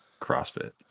CrossFit